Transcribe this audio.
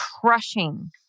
crushing